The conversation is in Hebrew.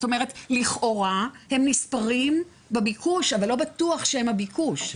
לכאורה הם נספרים בביקוש אבל לא בטוח שהם הביקוש.